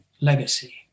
legacy